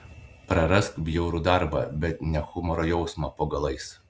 prarask bjaurų darbą bet ne humoro jausmą po galais